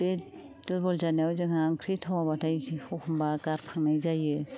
बे दुरबल जानायाव जोंहा ओंख्रि थावाबाथाय एखनबा गारख्रांनाय जायो